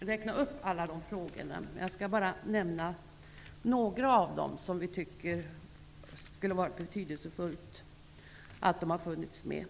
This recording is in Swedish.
räkna upp alla de frågorna. Jag skall bara nämna några av de frågor som vi tycker att det skulle ha varit betydelsefullt att få med.